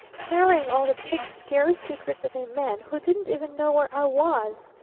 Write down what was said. carrying all the big, scary secrets of a man who didn't even know where i was.